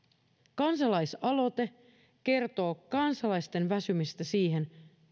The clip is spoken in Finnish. kansalaisaloite kertoo kansalaisten väsymisestä siihen